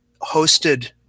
hosted